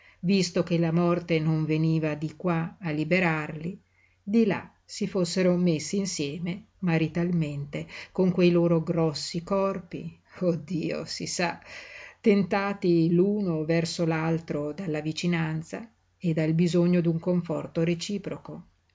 visto che la morte non veniva di qua a liberarli di là si fossero messi insieme maritalmente con quei loro grossi corpi oh dio si sa tentati l'uno verso l'altro dalla vicinanza e dal bisogno d'un conforto reciproco